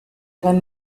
gran